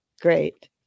great